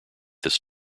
this